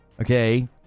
Okay